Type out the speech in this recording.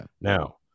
Now